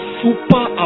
super